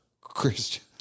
Christian